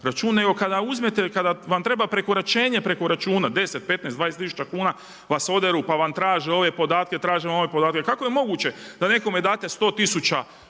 kada vam treba prekoračenje preko računa, 10, 15, 20 tisuća kuna vas oderu pa vas traže ove podatke, traže one podatke. Kako je moguće da nekome date 100 tisuća